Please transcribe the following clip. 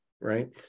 right